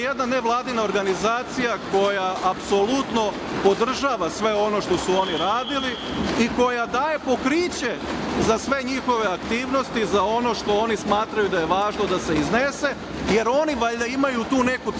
CRTA je jedna nevladina organizacija koja apsolutno podržava sve ono što su oni radili i koja daje pokriće za sve njihove aktivnosti za sve ono što oni smatraju da je važno da se iznese, jer oni valjda imaju tu neku crtu